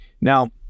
Now